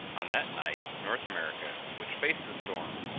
on that night north america, which faced the storm,